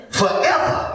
forever